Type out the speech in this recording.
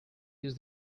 used